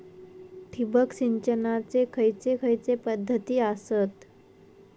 ठिबक सिंचनाचे खैयचे खैयचे पध्दती आसत?